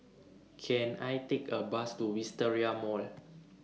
Can I Take A Bus to Wisteria Mall